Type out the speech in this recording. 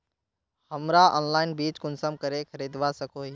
हमरा ऑनलाइन बीज कुंसम करे खरीदवा सको ही?